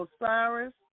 Osiris